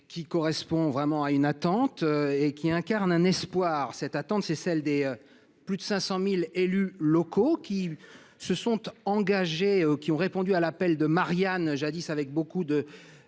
qui correspond vraiment à une attente et qui incarne un espoir. Cette attente est celle des plus de 500 000 élus locaux qui, jadis, se sont engagés, répondant à l’appel de Marianne avec beaucoup